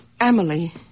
Emily